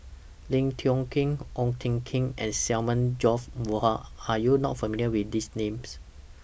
Lim Tiong Ghee Ong Tjoe Kim and Samuel George Bonham Are YOU not familiar with These Names